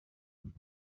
that